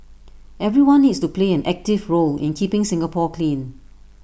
everyone needs to play an active role in keeping Singapore clean